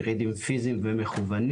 ירידים פיזיים ומקוונים,